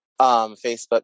Facebook